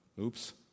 Oops